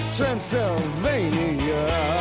Transylvania